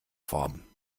formen